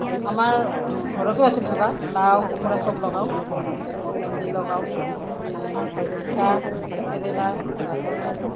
আমাৰ ঘৰতো আছিল এনেকুৱা লাও কোমোৰা সব লগাওঁ ভেন্দি লগাওঁ জিকা ভাতকেৰেলা তাৰপিছত